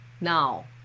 now